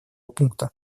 пункта